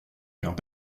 craint